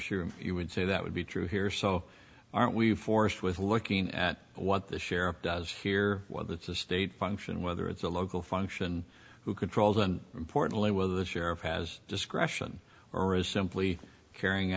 sure you would say that would be true here so aren't we forced with looking at what the sheriff does here well that's a state function whether it's a local function who controls and importantly whether the sheriff has discretion or is simply carrying